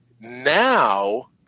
now